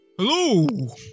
Hello